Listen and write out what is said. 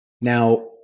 Now